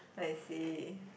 I see